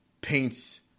paints